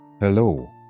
Hello